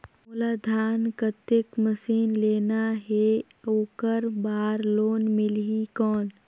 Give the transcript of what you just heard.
मोला धान कतेक मशीन लेना हे ओकर बार लोन मिलही कौन?